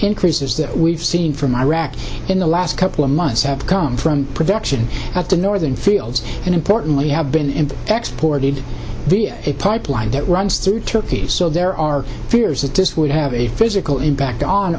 increases that we've seen from iraq in the last couple of months have come from production at the northern fields and importantly have been in the export lead via a pipeline that runs through turkey so there are fears that this would have a physical impact on